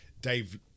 Dave